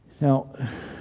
Now